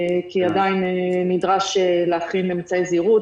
כי עדיין נדרש להכין אמצעי זהירות.